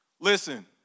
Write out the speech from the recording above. Listen